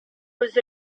was